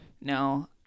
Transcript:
no